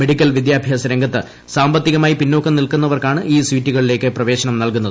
medical വിദ്യാഭ്യാസ രംഗത്ത് സാമ്പത്തികമായി പിന്നോക്കം നിൽക്കുന്ന വർക്കാണ് ഈ സീറ്റുകളിലേക്ക് പ്രവേശനം നൽകുന്നത്